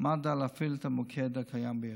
מד"א להפעיל את המוקד הקיים בעיר.